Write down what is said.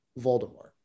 Voldemort